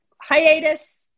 hiatus